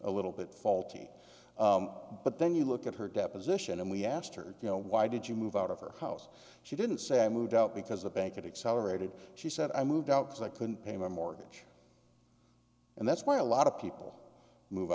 a little bit faulty but then you look at her deposition and we asked her you know why did you move out of her house she didn't say i moved out because the bank it accelerated she said i moved out so i couldn't pay my mortgage and that's why a lot of people move